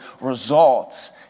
results